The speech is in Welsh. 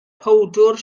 powdwr